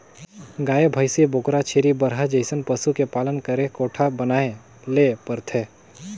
गाय, भइसी, बोकरा, छेरी, बरहा जइसन पसु के पालन करे कोठा बनाये ले परथे